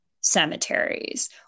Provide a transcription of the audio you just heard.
cemeteries